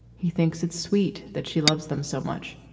he thinks it's sweet that she loves them so much.